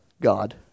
God